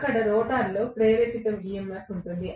అక్కడ రోటర్లో ప్రేరేపిత EMF ఉంటుంది